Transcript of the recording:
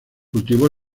cultivó